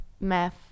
math